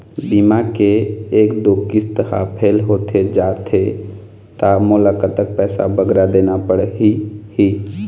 बीमा के एक दो किस्त हा फेल होथे जा थे ता मोला कतक पैसा बगरा देना पड़ही ही?